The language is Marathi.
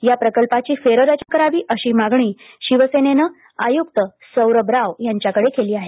या प्रकल्पाची फेररचना करावी अशी मागणी शिवसेनेनं आय्क्त सौरभ राव यांच्याकडे केली आहे